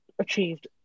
achieved